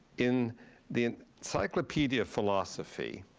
in the encyclopedia of philosophy,